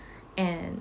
and